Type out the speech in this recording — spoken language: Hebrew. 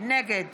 נגד